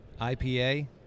IPA